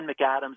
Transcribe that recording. McAdams